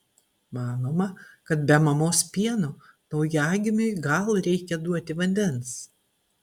manoma kad be mamos pieno naujagimiui gal reikia duoti vandens